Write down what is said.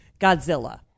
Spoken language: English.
Godzilla